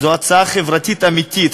זו הצעה חברתית אמיתית,